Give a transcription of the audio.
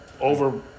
over